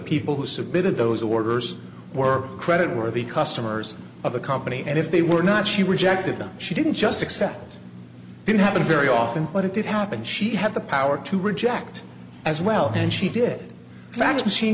people who submitted those orders were credit worthy customers of the company and if they were not she rejected them she didn't just accept it didn't happen very often but it did happen she had the power to reject as well and she did